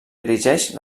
dirigeix